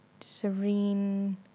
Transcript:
serene